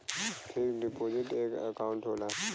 fix deposit एक account होला